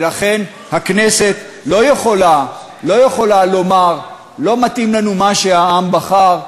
ולכן הכנסת לא יכולה לומר: לא מתאים לנו מה שהעם בחר,